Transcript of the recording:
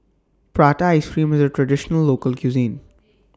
Prata Ice Cream IS A Traditional Local Cuisine